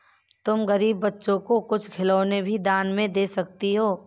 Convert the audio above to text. तुम गरीब बच्चों को कुछ खिलौने भी दान में दे सकती हो